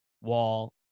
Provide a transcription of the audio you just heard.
Wall